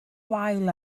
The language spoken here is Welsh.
wael